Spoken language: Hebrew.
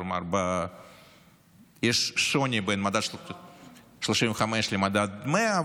כלומר יש שוני בין מדד 35 למדד 100,